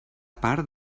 part